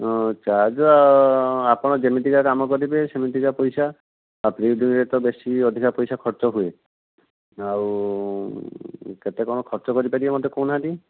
ହଁ ଚାର୍ଜ ଆପଣ ଯେମିତିକା କାମ କରିବେ ସେମିତିକା ପଇସା ଆପଣ ବେଶି ଅଧିକା ପଇସା ଖର୍ଚ୍ଚ ହୁଏ ଆଉ କେତେ କ'ଣ ଖର୍ଚ୍ଚ କରିପାରିବେ ମୋତେ କହୁନାହାନ୍ତି